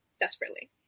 desperately